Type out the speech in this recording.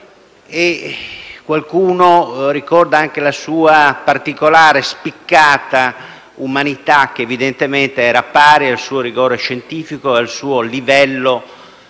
Qualcuno ricorda anche la sua particolare spiccata umanità, che evidentemente era pari al suo rigore scientifico e al suo essere